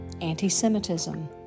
anti-Semitism